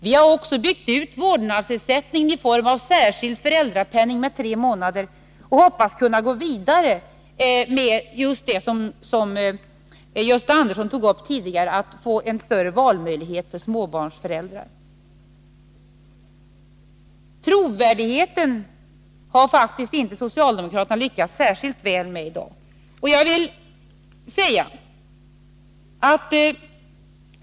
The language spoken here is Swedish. Vi har också byggt ut vårdnadsersättningen i form av särskild föräldrapenning med tre månader och hoppas kunna gå vidare med just det som Gösta Andersson tog upp, att få en större valmöjlighet för småbarnsföräldrar. Trovärdigheten har socialdemokraterna faktiskt inte lyckats särskilt väl med i dag.